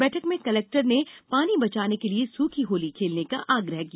बैठक में कलेक्टर ने पानी बचाने के लिए सूखी होली खेलने का आग्रह किया